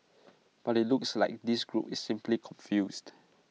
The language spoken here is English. but IT looks like this group is simply confused